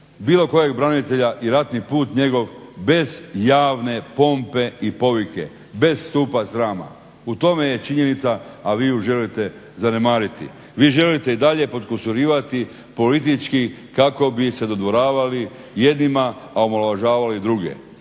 bilo kojeg branitelja i ratni put njegov bez javne pompe i povike, bez stupa srama. U tome je činjenica, a vi ju želite zanemariti. Vi želite i dalje podkusurivati politički kako bi se dodvoravali jednima, a omalovažavali druge.